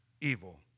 evil